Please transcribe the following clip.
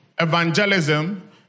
evangelism